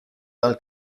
dal